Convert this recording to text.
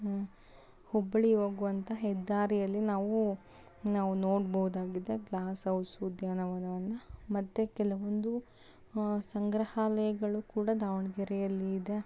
ಹುಬ್ಬಳ್ಳಿ ಹೋಗುವಂಥ ಹೆದ್ದಾರಿಯಲ್ಲಿ ನಾವು ನಾವು ನೋಡ್ಬೋದಾಗಿದೆ ಗ್ಲಾಸ್ ಹೌಸ್ ಉದ್ಯಾನವನವನ್ನು ಮತ್ತೆ ಕೆಲವೊಂದು ಸಂಗ್ರಹಾಲಯಗಳು ಕೂಡ ದಾವಣಗೆರೆಯಲ್ಲಿ ಇದೆ